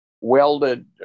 welded